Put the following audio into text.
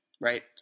right